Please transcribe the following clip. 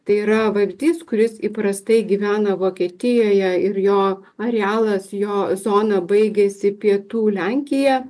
tai yra vabzdys kuris įprastai gyvena vokietijoje ir jo arealas jo zona baigiasi pietų lenkiją